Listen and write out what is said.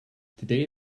today